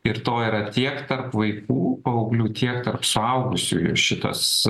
ir to yra tiek tarp vaikų paauglių tiek tarp suaugusiųjų šitas